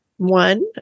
One